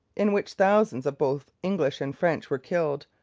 in which thousands of both english and french were killed,